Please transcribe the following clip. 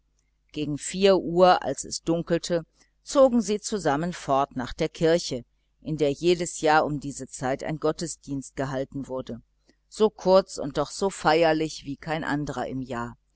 gegen vier uhr als es dunkelte zogen sie zusammen fort nach der kirche in der jedes jahr um diese zeit ein gottesdienst gehalten wurde so kurz und doch so feierlich wie kein anderer im jahr